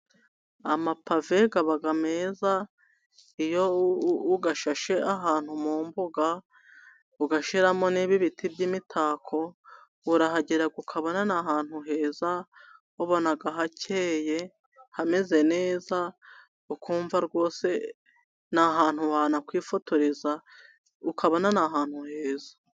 Amapave abaga meza iyo uyashashe ahantu mu mbuga ugashiramo nibi biti by'imitako, urahagera ukaba n'ihantu heza ubona hakeye hameze neza, ukumva rwose ni ahantu wanakwifotoreza ukabona ahantu heza.